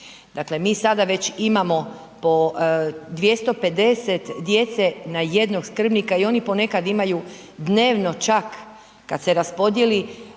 Dakle mi sada već imamo po 250 djece na jednog skrbnika i oni ponekad imaju dnevno čak, kad se raspodijeli,